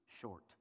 short